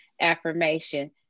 affirmation